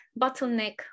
bottleneck